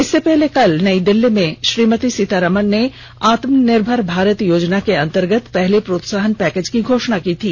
इससे पहले कल नई दिल्ली में श्रीमती सीतारमण ने आत्मनिर्मर भारत योजना के अंतर्गत पहले प्रोत्साहन पैकेज की घोषणा की थी